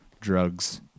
drugs